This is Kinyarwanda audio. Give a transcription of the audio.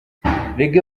reggae